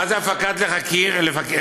מה זה הפקת לקחים?